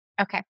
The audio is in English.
Okay